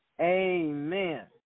Amen